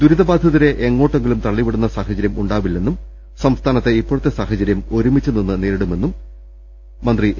ദുരിതബാധിതരെ എങ്ങോട്ടെങ്കിലും തള്ളി വിടുന്ന സാഹചര്യം ഉണ്ടാവില്ലെന്നും സംസ്ഥാനത്തെ ഇപ്പോഴത്തെ സാഹചര്യം ഒരു മിച്ച് നിന്ന് നേരിടുമെന്ന് മന്ത്രി എ